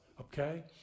Okay